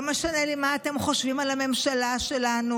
לא משנה לי מה אתם חושבים על הממשלה שלנו.